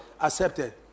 accepted